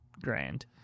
grand